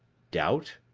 doubt?